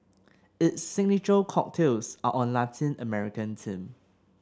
its signature cocktails are on Latin American theme